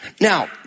Now